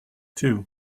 two